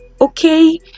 Okay